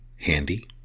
handy